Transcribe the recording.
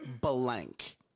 blank